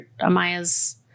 Amaya's